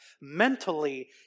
mentally